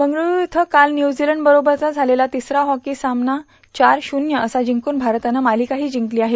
बंगळूरू इथे काल न्यूझीलंड बरोबरचा झालेला तिसरा झेंकी सामना चार शून्य असा जिंकून भारतानं मालिक्रही जिंकली आहे